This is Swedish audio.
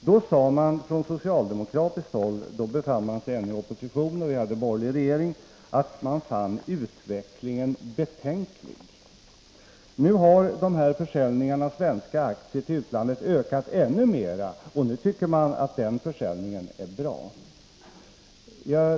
Då sade man från socialdemokratiskt håll — socialdemokraterna var fortfarande i opposition, och vi hade borgerlig regering — att man fann utvecklingen betänklig. Därefter har försäljningen av svenska aktier till utlandet ökat ännu mer, men nu tycker man att den försäljningen är bra.